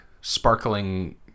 sparkling